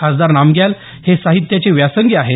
खासदार नामग्याल हे साहित्याचे व्यासंगी आहेत